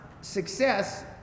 success